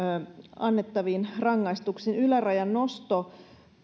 annettaviin rangaistuksiin ylärajan nosto